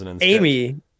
Amy